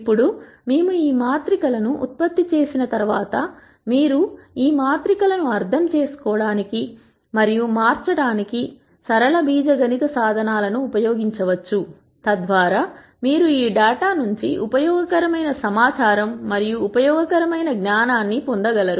ఇప్పుడు మేము ఈ మాత్రికలను ఉత్పత్తి చేసిన తర్వాత మీరు ఈ మాత్రికలను అర్థం చేసుకోవడానికి మరియు మార్చటానికి సరళ బీజగణిత సాధనాలను ఉపయోగించవచ్చు తద్వారా మీరు ఈ డేటా నుంచి ఉపయోగకరమైన సమాచారం మరియు ఉపయోగకరమైన జ్ఞానాన్ని పొందగలుగుతారు